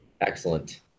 Excellent